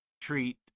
Treat